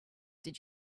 did